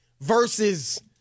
versus